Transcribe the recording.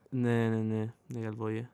ne ne ne negalvoju